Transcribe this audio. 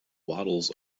waddles